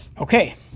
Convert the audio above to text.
Okay